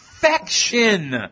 Perfection